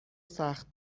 سخت